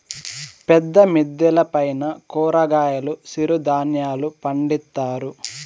పెద్ద మిద్దెల పైన కూరగాయలు సిరుధాన్యాలు పండిత్తారు